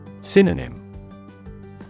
Synonym